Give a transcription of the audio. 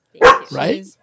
Right